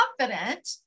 confident